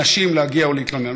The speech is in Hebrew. נשים להגיע ולהתלונן.